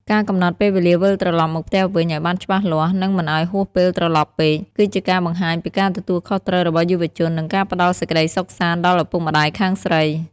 ការកំណត់ពេលវេលាវិលត្រឡប់មកផ្ទះវិញឱ្យបានច្បាស់លាស់ និងមិនឱ្យហួសពេលព្រលប់ពេក គឺជាការបង្ហាញពីការទទួលខុសត្រូវរបស់យុវជន និងការផ្ដល់សេចក្ដីសុខសាន្តដល់ឪពុកម្ដាយខាងស្រី។